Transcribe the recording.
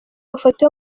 mafoto